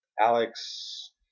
Alex